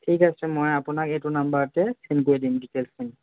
ঠিক আছে মই আপোনাক এইটো নম্বৰতে ফোন কৰি দিম ডিটেইলছখিনি